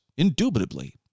Indubitably